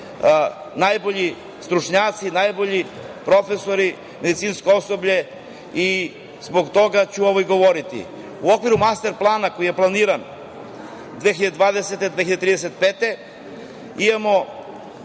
najbolji stručnjaci, najbolji profesori, medicinsko osoblje i zbog toga ću ovo i govoriti.U okviru Master plana, koji je planiran 2020-2035.